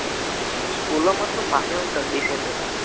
స్కూల్లో మాత్రం బాగానే ఉంటాడు డీసెంట్గా